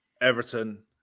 Everton